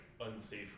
unsafe